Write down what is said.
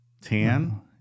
tan